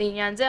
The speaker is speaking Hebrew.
לעניין זה,